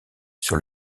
sur